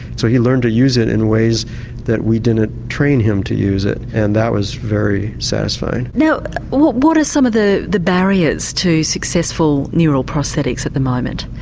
so he learned to use it in ways that we didn't train him to use it and that was very satisfying. now what what are some of the the barriers to successful neural prosthetics at the moment,